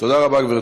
תודה רבה, גברתי.